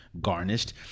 garnished